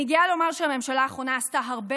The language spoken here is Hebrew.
אני גאה לומר שהממשלה האחרונה עשתה הרבה